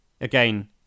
again